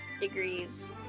degrees